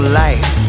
life